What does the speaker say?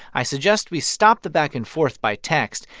i suggest we stop the back-and-forth by text.